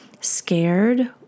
scared